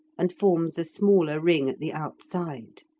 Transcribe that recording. and forms a smaller ring at the outside.